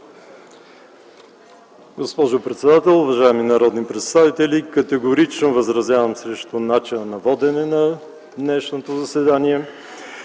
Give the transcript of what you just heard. госпожо председател, уважаеми народни представители! Категорично възразявам срещу начина на водене на днешното заседание.